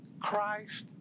Christ